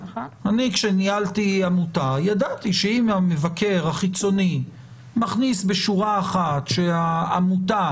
כשאני ניהלתי עמותה ידעתי שאם המבקר החיצוני מכניס בשורה אחת שהעמותה